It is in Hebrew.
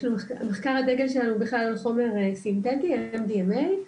מחקר הדגל שלנו בכלל על חומר סינטטי, MDMA,